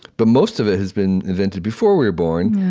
but most of it has been invented before we were born.